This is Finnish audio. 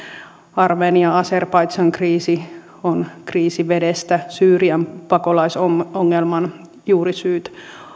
armenia azerbaidzhan kriisi on kriisi vedestä syyrian pakolaisongelman juurisyyt